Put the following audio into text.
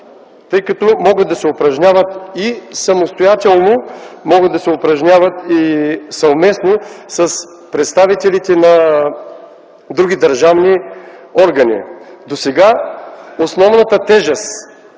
тъй като могат да се упражняват и самостоятелно, могат да се упражняват и съвместно с представителите на други държавни органи. Досега основната тежест